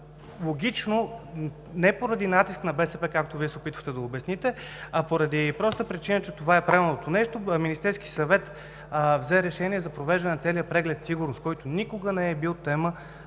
Логично не поради натиск на БСП, както Вие се опитахте да обясните, а поради простата причина, че това е правилното нещо, Министерският съвет взе решение за провеждането на целия преглед „Сигурност“, който никога не е бил тема